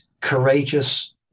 courageous